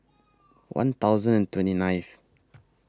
one thousand and twenty ninth